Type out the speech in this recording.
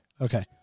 okay